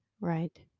Right